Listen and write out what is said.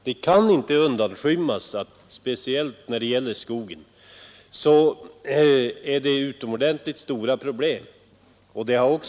Det kan inte undanskymmas att det speciellt när det gäller skogen finns utomordentligt stora problem.